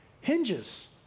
hinges